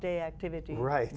day activity right